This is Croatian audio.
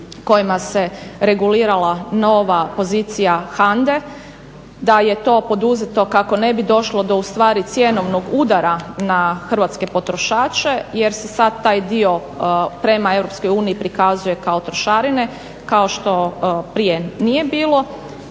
kojima se regulirala nova pozicija HANDA-e da je to poduzetno kako ne bi došlo do ustvari cjenovnog udara na hrvatske potrošače jer se sav taj dio prema EU prikazuje kao trošarine, kao što prije nije bilo,